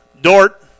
Dort